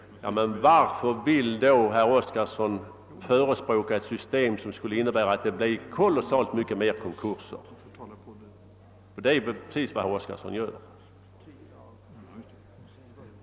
Ja, men varför vill då herr Oskarson förespråka ett system som skulle leda till många fler konkurser? Det är nämligen precis vad herr Oskarson gör.